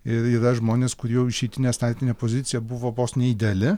ir yra žmonės kur jau išeitinė startinė pozicija buvo vos ne ideali